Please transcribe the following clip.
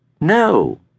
No